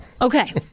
Okay